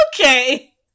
Okay